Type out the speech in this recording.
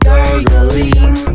Gargling